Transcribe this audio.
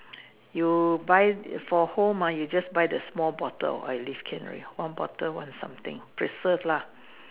you buy for home ah you just buy the small bottle of Olive okay already one bottle one something preserved lah